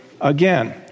again